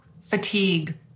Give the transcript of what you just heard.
fatigue